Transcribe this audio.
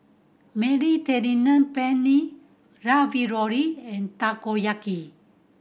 Mediterranean Penne Ravioli and Takoyaki